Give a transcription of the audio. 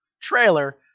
trailer